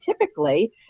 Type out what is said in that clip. typically